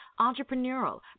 entrepreneurial